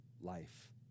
life